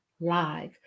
Live